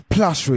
Plus